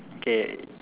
K